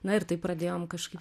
na ir taip pradėjom kažkaip